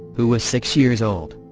who was six years old.